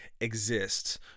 exists